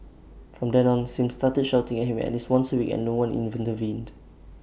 from then on Sim started shouting at him at least once A week and no one intervened